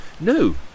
No